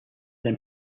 then